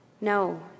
No